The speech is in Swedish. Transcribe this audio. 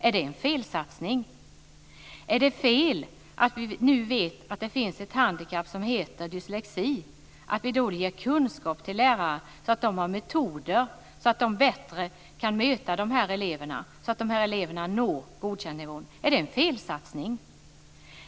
Är det en felsatsning? Är det fel när vi nu vet att det finns ett handikapp som heter dyslexi att vi ger kunskap till lärare så att de har metoder för att bättre möta de här eleverna så att de blir godkända? Är det en felsatsning?